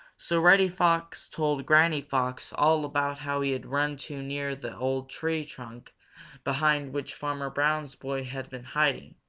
so reddy fox told granny fox all about how he had run too near the old tree trunk behind which farmer brown's boy had been hiding,